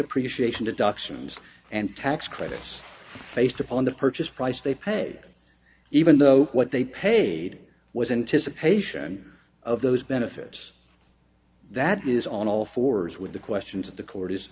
depreciation deductions and tax credits based upon the purchase price they pay even though what they paid was in to supply of those benefits that is on all fours with the questions of the court is